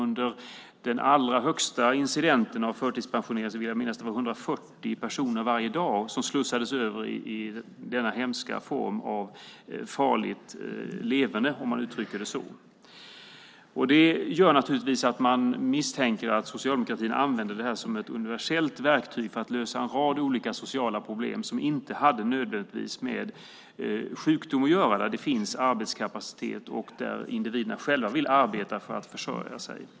När det förtidspensionerades som värst slussades 140 personer varje dag över i denna hemska form av farligt leverne. Man misstänker att socialdemokratin använde detta som ett universellt verktyg för att lösa en rad olika sociala problem som inte nödvändigtvis hade med sjukdom att göra och där det fanns arbetskapacitet och individerna själva ville arbeta för att försörja sig.